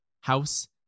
house